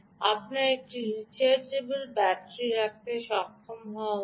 আপনার এটি রিচার্জেবল ব্যাটারিতে রাখতে সক্ষম হওয়া উচিত